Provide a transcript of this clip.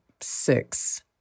six